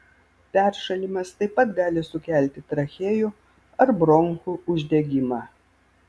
peršalimas taip pat gali sukelti trachėjų ar bronchų uždegimą